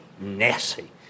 nasty